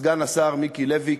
סגן השר מיקי לוי,